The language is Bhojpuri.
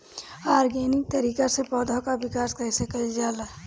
ऑर्गेनिक तरीका से पौधा क विकास कइसे कईल जाला?